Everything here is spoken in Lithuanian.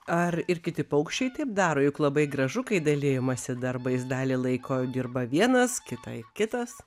ar ir kiti paukščiai taip daro juk labai gražu kai dalijamasi darbais dalį laiko dirba vienas kitai kitas